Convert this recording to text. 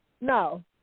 no